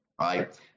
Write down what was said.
right